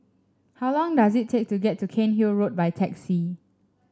how long does it take to get to Cairnhill Road by taxi